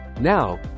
Now